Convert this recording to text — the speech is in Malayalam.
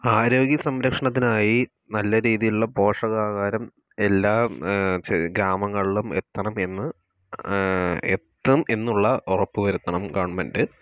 ആരോഗ്യസംരക്ഷണത്തിനായി നല്ല രീതിയിലുള്ള പോഷകാഹാരം എല്ലാം ച് ഗ്രാമങ്ങളിലും എത്തണം എന്ന് എത്തും എന്നുള്ള ഉറപ്പ് വരുത്തണം ഗവൺമെൻറ്റ്